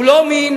הוא לא מין.